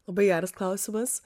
labai geras klausimas